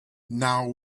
now